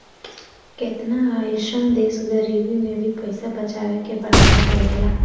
केतना अइसन देश गरीबी में भी पइसा बचावे के बढ़ावा देवेला